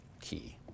key